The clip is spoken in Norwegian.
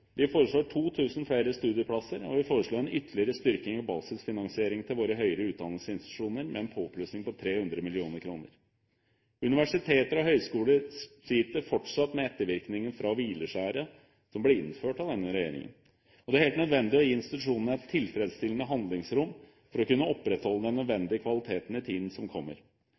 Vi foreslår 2 000 flere studieplasser, og vi foreslår en ytterligere styrking av basisfinansieringen til våre høyere utdanningsinstitusjoner med en påplussing på 300 mill. kr. Universiteter og høyskoler sliter fortsatt med ettervirkninger fra hvileskjæret som ble innført av denne regjeringen, og det er helt nødvendig å gi institusjonene et tilfredsstillende handlingsrom for å kunne opprettholde kvaliteten i tiden som kommer.